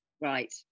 Right